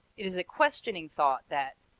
it is a questioning thought that,